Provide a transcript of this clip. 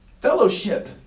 fellowship